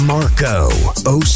Marco